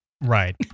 Right